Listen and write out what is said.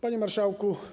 Panie Marszałku!